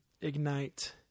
ignite